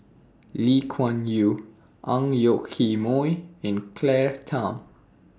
Lee Kuan Yew Ang Yoke Mooi and Claire Tham